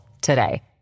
today